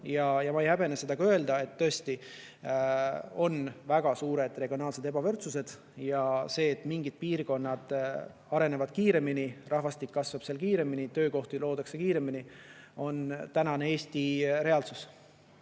ja ma ei häbene seda öelda, et tõesti on väga suur regionaalne ebavõrdsus. See, et mingid piirkonnad arenevad kiiremini, rahvastik kasvab seal kiiremini ja töökohti luuakse kiiremini, on tänane Eesti reaalsus.